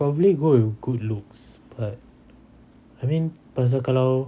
probably go with good looks but I mean pasal kalau